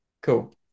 Cool